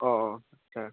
অঁ অঁ আচ্ছা